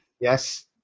Yes